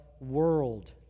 world